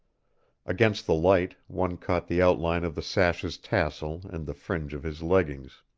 against the light, one caught the outline of the sash's tassel and the fringe of his leggings.